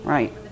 Right